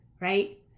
right